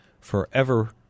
forever